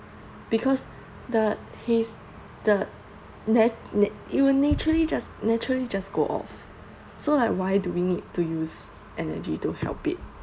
because the haze the na~ it will naturally just naturally just go off so like why do we need to use energy to help it